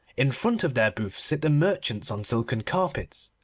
in front of their booths sit the merchants on silken carpets.